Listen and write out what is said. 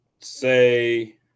Say